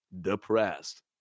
depressed